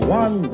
one